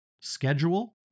schedule